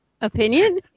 Opinion